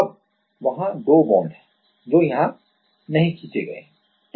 अब वहां 2 बांड हैं जो यहां नहीं खींचे गए हैं